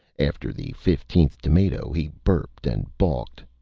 after the fifteenth tomato, he burped and balked.